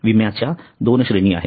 विम्याच्या 2 श्रेणी आहेत